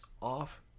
off